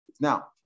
Now